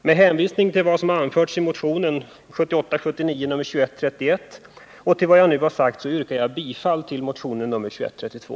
Med hänvisning till vad som anförs i motionen 1978/79:2131 och till vad jag nu har sagt yrkar jag bifall till motionen 2132.